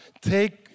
take